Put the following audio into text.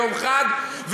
ביום חג,